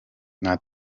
nta